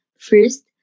first